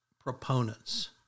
proponents